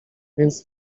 więc